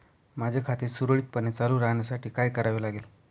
माझे खाते सुरळीतपणे चालू राहण्यासाठी काय करावे लागेल?